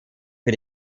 für